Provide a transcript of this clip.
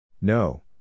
No